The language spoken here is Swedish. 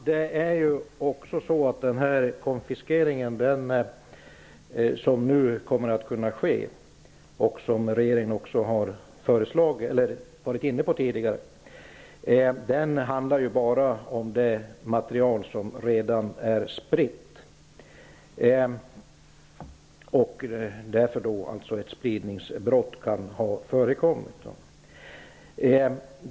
Herr talman! Den konfiskering som nu kommer att kunna ske, och som regeringen har varit inne på tidigare, handlar bara om det material som redan är spritt. Alltså kan ett spridningsbrott ha förekommit.